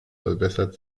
verbessert